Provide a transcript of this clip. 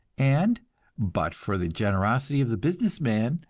and but for the generosity of the business man,